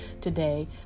today